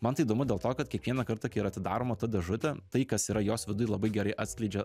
man tai įdomu dėl to kad kiekvieną kartą kai yra atidaroma ta dėžutė tai kas yra jos viduj labai gerai atskleidžia